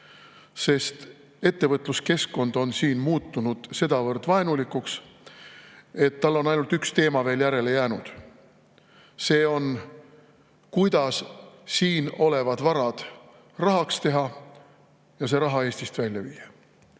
sest ettevõtluskeskkond on siin muutunud sedavõrd vaenulikuks, et on ainult üks teema veel järele jäänud: kuidas siin olevad varad rahaks teha ja see raha Eestist välja viia.